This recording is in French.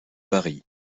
paris